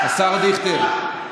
השר דיכטר.